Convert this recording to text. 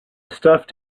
stuffed